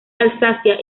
alsacia